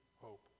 hope